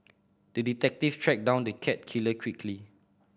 the detective tracked down the cat killer quickly